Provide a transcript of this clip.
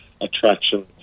attraction